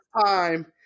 time